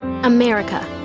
America